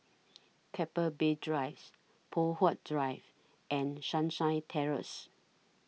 Keppel Bay Drives Poh Huat Drive and Sunshine Terrace